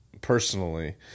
personally